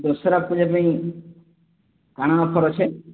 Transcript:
ଦଶହରା ପୂଜା ପାଇଁ କ'ଣ ଅଫର ଅଛି